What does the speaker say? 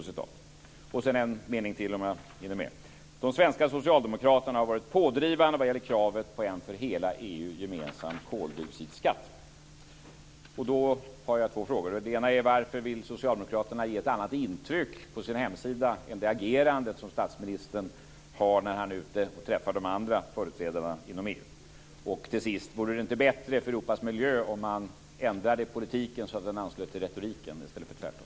Jag har även läst denna mening: "De svenska socialdemokraterna har varit pådrivande vad gäller kravet på en för hela EU gemensam koldioxidskatt." Jag har då två frågor. Varför vill Socialdemokraterna ge ett annat intryck på sin hemsida än genom det agerande som statsministern har när han är ute och träffar de andra företrädarna inom EU? Vore det inte bättre för Europas miljö om man ändrade politiken så att den anslöt till retoriken i stället för tvärtom?